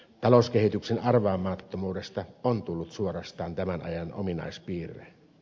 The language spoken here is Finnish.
talouskehityksen arvaamattomuudesta on tullut suorastaan tämän ajan ominaispiirre